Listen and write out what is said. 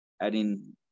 adding